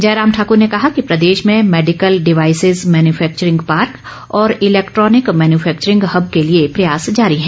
जयराम ठाकूर ने कहा कि प्रदेश में मेडिकल डिवासिज मैन्युफैक्चरिंग पार्क और इलेक्ट्रॉनिक मैन्युफैक्चरिंग हब के लिए प्रयास जारी हैं